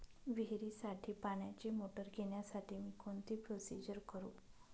विहिरीसाठी पाण्याची मोटर घेण्यासाठी मी कोणती प्रोसिजर करु?